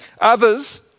Others